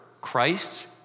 Christ's